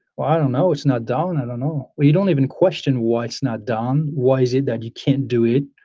don't know. it's not done. i don't know. well, you don't even question why it's not done, why is it that you can't do it.